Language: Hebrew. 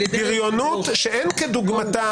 בריונות שאין כדוגמתה.